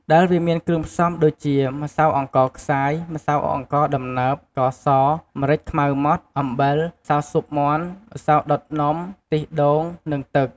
ដែលវាមានគ្រឿងផ្សំដូចជា ម្សៅអង្ករខ្សាយ ម្សៅអង្គរដំណើប ស្ករស ម្រេចខ្មៅម៉ដ្ត អំបិល ម្សៅស៊ុបមាន់ ម្សៅដុតនំ ខ្ទិះដូង និង ទឹក។